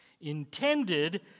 intended